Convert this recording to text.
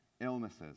illnesses